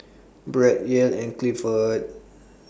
Brett Yael and Gifford